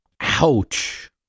Ouch